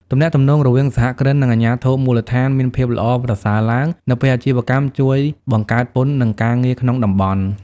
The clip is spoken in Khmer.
ទំនាក់ទំនងរវាងសហគ្រិន និងអាជ្ញាធរមូលដ្ឋានមានភាពល្អប្រសើរឡើង នៅពេលអាជីវកម្មជួយបង្កើតពន្ធ និងការងារក្នុងតំបន់។